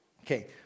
Okay